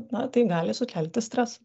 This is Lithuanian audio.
na tai gali sukelti stresą